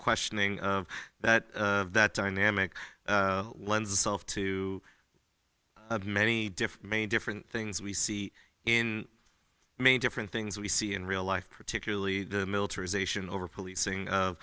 questioning that that dynamic lends itself to many different many different things we see in many different things we see in real life particularly the militarization over policing